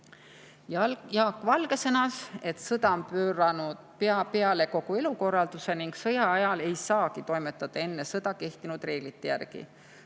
Jaak Valge sõnas, et sõda on pööranud pea peale kogu elukorralduse ning sõja ajal ei saagi toimetada enne sõda kehtinud reeglite järgi.